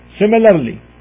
similarly